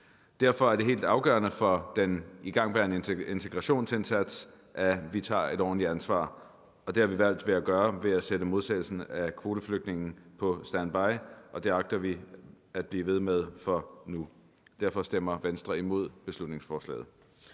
Derfor er det helt afgørende for den igangværende integrationsindsats, at vi tager et ordentligt ansvar. Det har vi valgt at gøre ved at sætte modtagelsen af kvoteflygtninge på standby. Det agter vi at blive ved med for nu. Derfor stemmer Venstre imod beslutningsforslaget.